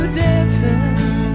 dancing